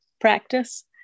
practice